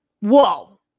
Whoa